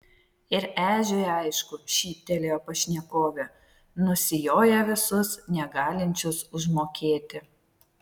ir ežiui aišku šyptelėjo pašnekovė nusijoja visus negalinčius užmokėti